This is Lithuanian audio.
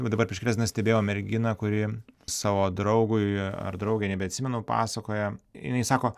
va dabar prieš kelias dienas stebėjau merginą kuri savo draugui ar draugei nebeatsimenu pasakoja jinai sako